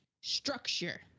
structure